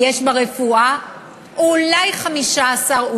אולי 15%,